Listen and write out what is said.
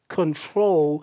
control